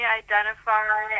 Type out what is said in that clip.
identify